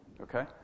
Okay